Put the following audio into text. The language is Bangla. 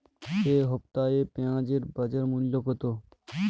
এ সপ্তাহে পেঁয়াজের বাজার মূল্য কত?